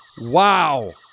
Wow